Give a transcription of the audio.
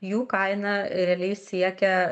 jų kaina realiai siekia